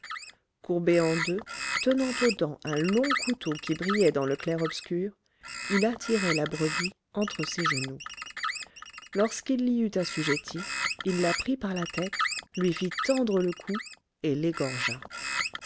courbé en deux tenant aux dents un long couteau qui brillait dans le clair-obscur il attirait la brebis entre ses genoux lorsqu'il l'y eut assujettie il la prit par la tête lui fit tendre le cou et